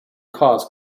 cause